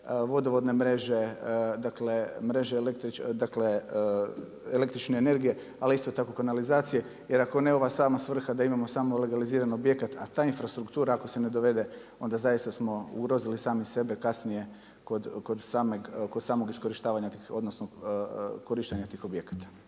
vodovodne mreže, dakle električne energije ali isto tako i kanalizacije. Jer ako ne ova sama svrha da imamo samo legaliziran objekat, a ta struktura ako se ne dovede onda zaista smo ugrozili sami sebe kasnije kod samog iskorištavanja tih, odnosno korištenja tih objekata.